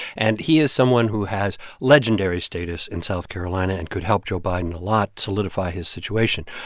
and he is someone who has legendary status in south carolina and could help joe biden a lot, solidify his situation.